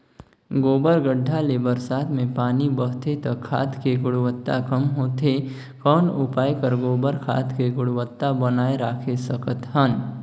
गोबर गढ्ढा ले बरसात मे पानी बहथे त खाद के गुणवत्ता कम होथे कौन उपाय कर गोबर खाद के गुणवत्ता बनाय राखे सकत हन?